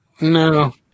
No